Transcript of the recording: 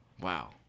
Wow